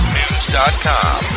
news.com